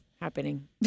Happening